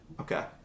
okay